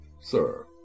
Sir